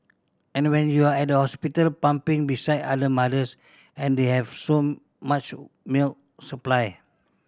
and when you're at hospital pumping beside other mothers and they have so much milk supply